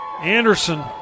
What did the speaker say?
anderson